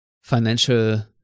financial